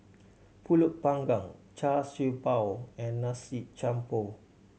Pulut Panggang Char Siew Bao and nasi jampur